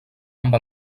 amb